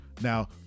Now